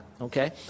Okay